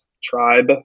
tribe